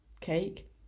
cake